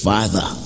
Father